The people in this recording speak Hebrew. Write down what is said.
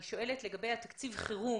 אני שואלת לגבי תקציב החירום,